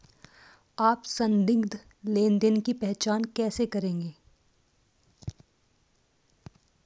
आप संदिग्ध लेनदेन की पहचान कैसे करेंगे?